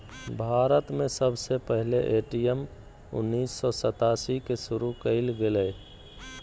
भारत में सबसे पहले ए.टी.एम उन्नीस सौ सतासी के शुरू कइल गेलय